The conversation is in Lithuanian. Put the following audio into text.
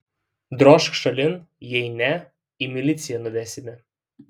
drožk šalin jei ne į miliciją nuvesime